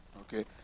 Okay